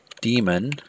demon